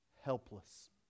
helpless